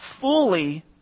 fully